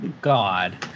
God